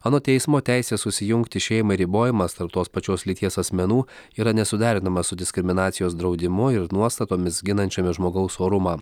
anot teismo teisės susijungti šeimai ribojimas tarp tos pačios lyties asmenų yra nesuderinamas su diskriminacijos draudimu ir nuostatomis ginančiomis žmogaus orumą